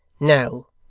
no,